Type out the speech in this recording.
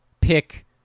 pick